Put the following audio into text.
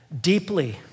deeply